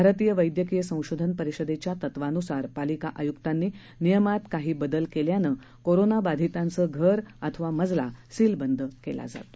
भारतीय वैदयकीय संशोधन परिषदेच्या तत्वान्सार पालिका आय्क्तांनी नियमात काही बदल केल्यानं कोरोनाबाधिताचं घर अथवा मजला सीलबंद केला जातो